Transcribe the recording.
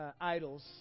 idols